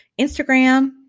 Instagram